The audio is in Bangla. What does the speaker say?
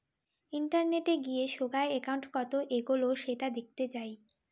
ইন্টারনেটে গিয়ে সোগায় একউন্ট কত এগোলো সেটা দেখতে যাই